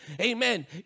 Amen